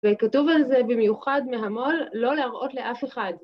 וכתוב על זה במיוחד מהמו"ל, לא להראות לאף אחד.